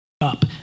up